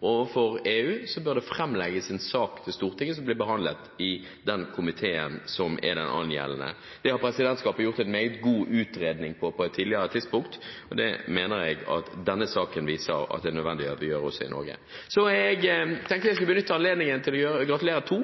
overfor EU, legge fram en sak for Stortinget, som blir behandlet i den angjeldende komiteen. Dette har presidentskapet gjort en meget god utredning på på et tidligere tidspunkt, og det mener jeg denne saken viser at det er nødvendig at vi gjør også i Norge. Jeg tenkte jeg skulle benytte anledningen til å gratulere to.